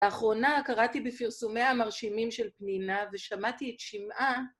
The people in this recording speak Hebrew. לאחרונה קראתי בפרסומיה המרשימים של פנינה ושמעתי את שמעה...